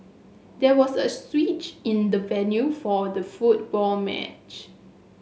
there was a switch in the venue for the football match